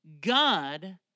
God